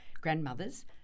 grandmothers